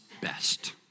best